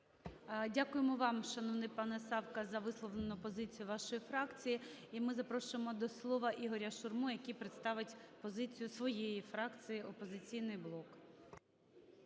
Дякуємо вам, шановний пане Савка, за висловлену позицію вашої фракції. І ми запрошуємо до слова Ігоря Шурму, який представить позицію своєї фракції "Опозиційний блок".